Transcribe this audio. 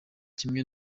kimwe